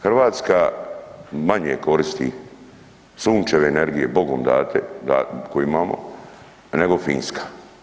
Hrvatska manje koristi sunčeve energije, Bogom date, koju imamo, nego Finska.